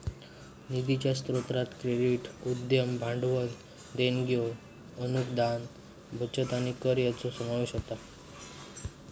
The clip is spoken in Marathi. निधीच्या स्रोतांत क्रेडिट, उद्यम भांडवल, देणग्यो, अनुदान, बचत आणि कर यांचो समावेश होता